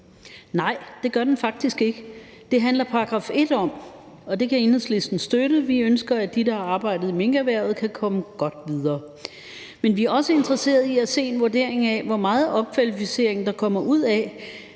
Nej, det gør det faktisk ikke – det handler § 1 om, og det kan Enhedslisten støtte. Vi ønsker, at de, der har arbejdet i minkerhvervet, kan komme godt videre. Men vi er også interesserede i at se en vurdering af, hvor meget opkvalificering der kommer ud af,